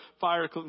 Fire